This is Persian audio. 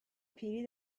پیری